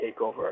takeover